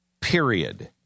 period